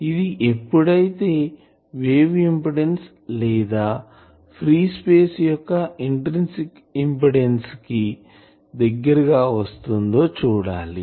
ఇది ఎప్పుడైతే wave impedance లేదా ఫ్రీ స్పేస్ యొక్క ఇంట్రిన్సిక్ ఇంపిడెన్సు కి దగ్గరగా వస్తుందో చూడాలి